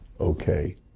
Okay